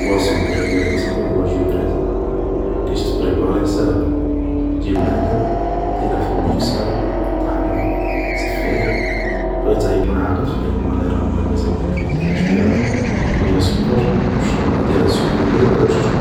بواسون بريفيري تاعي هة الجو دو ريزان, كيش تبريباريه ؟ ساهلة, جيب لعنب, ديره في الميكسور, طحنه, صفيه, بغيته يكون عاقد خليه كيما اللي راه, بغيته يكون خفيف زيدله شوية ما شوية سكر, و شربه, ديراه سيرتو يبرد باش عادا تشرب